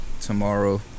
tomorrow